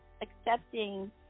Accepting